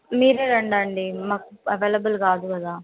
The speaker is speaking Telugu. మీరు రండి అండి మాకు అవైలబుల్ కాదు కదా